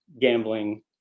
gambling